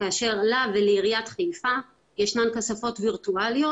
כאשר לה ולעיריית חיפה ישנן כספות וירטואליות.